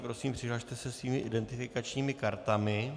Prosím, přihlaste se svými identifikačními kartami.